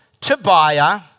Tobiah